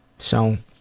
so,